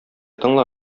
тыңла